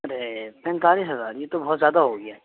ارے پینتالیس ہزار یہ تو بہت زیادہ ہو گیا